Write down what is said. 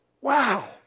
Wow